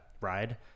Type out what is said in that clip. ride